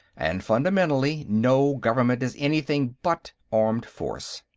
and fundamentally, no government is anything but armed force.